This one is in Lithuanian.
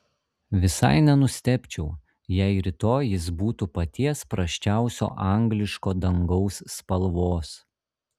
visai nenustebčiau jei rytoj jis būtų paties prasčiausio angliško dangaus spalvos